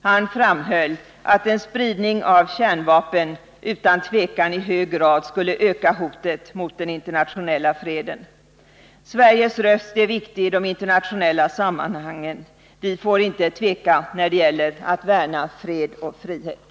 Han framhöll att en spridning av kärnvapen utan tvivel i hög grad skulle öka hotet mot den internationella freden. Sveriges röst är viktig i de internationella sammanhangen. Vi får inte tveka när det gäller att värna fred och frihet.